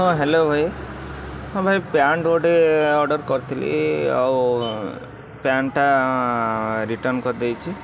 ହଁ ହ୍ୟାଲୋ ଭାଇ ହଁ ଭାଇ ପ୍ୟାଣ୍ଟ ଗୋଟେ ଅର୍ଡ଼ର୍ କରିଥିଲି ଆଉ ପ୍ୟାଣ୍ଟଟା ରିଟର୍ଣ୍ଣ କରି ଦେଇଛି